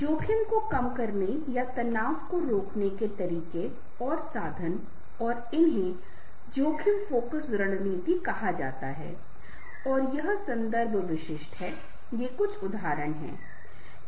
जोखिम को कम करने या तनाव को रोकने के तरीके और साधन और इन्हें जोखिम फोकस रणनीति कहा जाता है और यह संदर्भ विशिष्ट है ये कुछ उदाहरण हैं